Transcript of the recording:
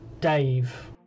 Dave